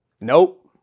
nope